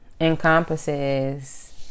encompasses